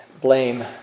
blame